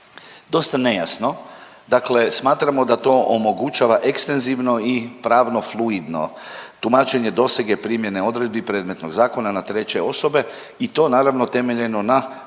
dosta nejasno, dakle smatramo da to omogućava ekstenzivno i pravno fluidno tumačenje dosege primjeni odredbi predmetnog zakona na treće osobe i to naravno temeljeno na